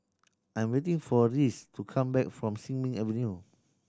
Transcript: I'm waiting for Reece to come back from Sin Ming Avenue